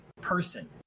person